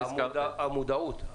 מודעות,